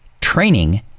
training